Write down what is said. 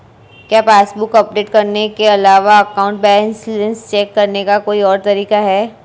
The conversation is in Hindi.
क्या पासबुक अपडेट करने के अलावा अकाउंट बैलेंस चेक करने का कोई और तरीका है?